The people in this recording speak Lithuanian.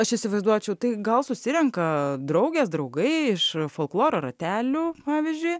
aš įsivaizduočiau tai gal susirenka draugės draugai iš folkloro ratelių pavyzdžiui